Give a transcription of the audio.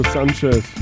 Sanchez